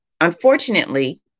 unfortunately